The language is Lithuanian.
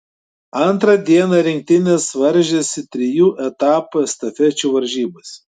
antrą dieną rinktinės varžėsi trijų etapų estafečių varžybose